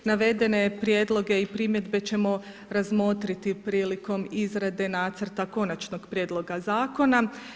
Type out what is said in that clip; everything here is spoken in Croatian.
Navedene prijedloge i primjedbe ćemo razmotriti prilikom izrade nacrta konačnog prijedloga zakona.